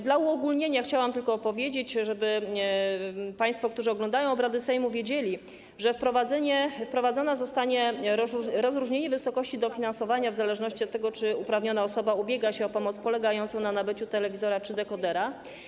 Dla uogólnienia chciałam tylko powiedzieć - żeby państwo, którzy oglądają obrady Sejmu, wiedzieli - że wprowadzone zostanie rozróżnienie wysokości dofinansowania w zależności od tego, czy uprawniona osoba ubiega się o pomoc polegającą na nabyciu telewizora czy nabyciu dekodera.